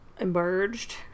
emerged